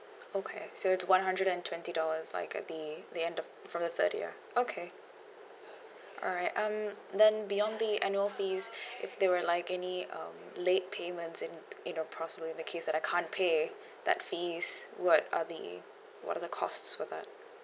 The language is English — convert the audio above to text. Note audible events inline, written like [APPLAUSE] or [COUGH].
okay so it's one hundred and twenty dollars like uh the the end of from the third year okay alright um then beyond the annual fees [BREATH] if there were like any um late payments in you know possible in the case that I can't pay that fees what are the what are the cost for that